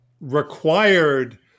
required